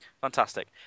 Fantastic